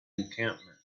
encampment